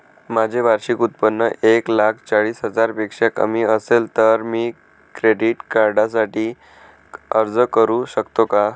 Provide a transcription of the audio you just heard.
माझे वार्षिक उत्त्पन्न एक लाख चाळीस हजार पेक्षा कमी असेल तर मी क्रेडिट कार्डसाठी अर्ज करु शकतो का?